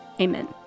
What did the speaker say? Amen